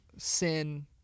sin